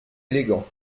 élégant